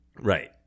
Right